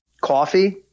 coffee